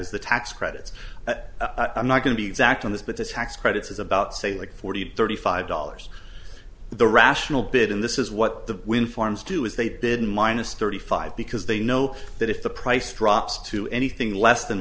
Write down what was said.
s the tax credits that i'm not going to be exact on this but this hack's credits is about say like forty thirty five dollars the rational bit in this is what the wind farms do is they didn't minus thirty five because they know that if the price drops to anything less than